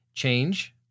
change